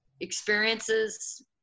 experiences